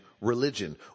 religion